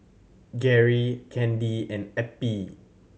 Gerry Candy and Eppie